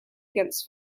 against